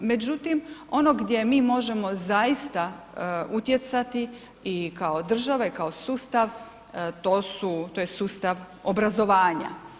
Međutim ono gdje mi možemo zaista utjecati i kao država i kao sustav to su, to je sustav obrazovanja.